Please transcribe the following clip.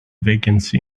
vacancy